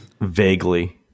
Vaguely